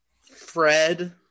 Fred